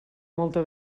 molta